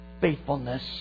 faithfulness